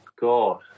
God